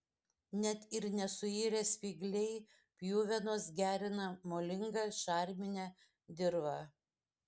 net ir nesuirę spygliai pjuvenos gerina molingą šarminę dirvą